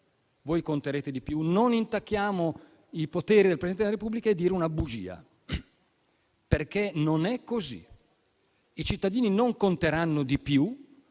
che conteranno di più e che non intaccherete i poteri del Presidente del Repubblica è dire una bugia, perché non è così. I cittadini non conteranno di più,